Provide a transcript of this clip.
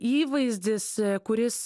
įvaizdis kuris